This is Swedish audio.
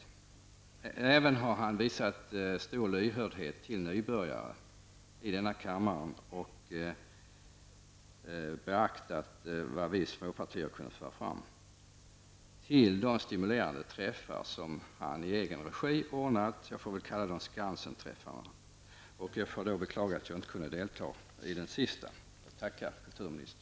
Kulturministern har även visat stor lyhördhet för nybörjare i denna kammare och beaktat vad vi småpartier kunnat föra fram. Han har även ordnat stimulerande träffar i egen regi, jag får väl kalla dem ''Skansenträffar'', och jag beklagar att jag inte kunde delta i den sista. Jag tackar kulturministern!